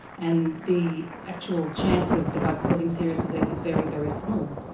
and the actual chance of the bug causing serious disease is very, very small.